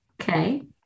okay